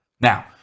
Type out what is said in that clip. Now